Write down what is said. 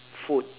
food